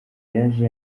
yaje